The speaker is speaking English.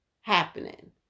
happening